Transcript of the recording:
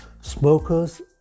Smokers